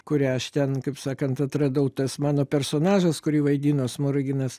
kurią aš ten kaip sakant atradau tas mano personažas kurį vaidino smoriginas